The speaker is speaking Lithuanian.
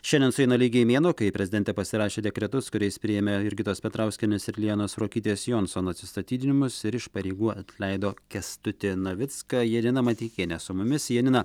šiandien sueina lygiai mėnuo kai prezidentė pasirašė dekretus kuriais priėmė jurgitos petrauskienės ir lianos ruokytės jonson atsistatydinimus ir iš pareigų atleido kęstutį navicką janina mateikienė su mumis janina